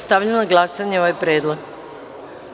Stavljam na glasanje ovaj predlog.